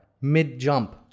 mid-jump